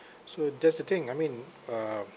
so that's the thing I mean uh